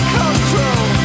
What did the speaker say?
control